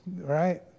right